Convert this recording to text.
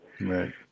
Right